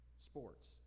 sports